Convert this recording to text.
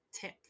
tip